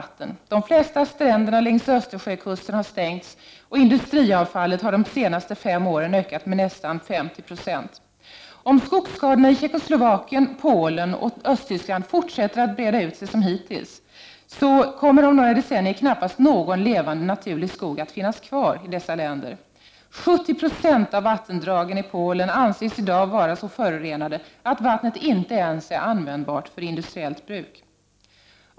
1989/90:45 flesta stränderna längs Östersjökusten har stängts och industriavfallet har de 13 december 1989 senaste fem åren ökat med nästan 50 96. Om skogsskadorna i Tjeckolova= 7 —G kien, Polen och Östtyskland fortsätter att breda ut sig som hittills, kommer om några decennier knappast någon levande naturlig skog att finnas kvar i dessa länder. 70 90 av vattendragen i Polen anses i dag vara så förorenade att vattnet inte ens är användbart för industriellt bruk.